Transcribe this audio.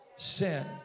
Sin